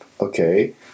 Okay